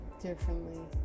differently